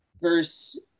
verse